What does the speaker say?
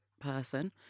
person